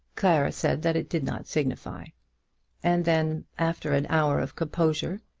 clara said that it did not signify and then, after an hour of composure,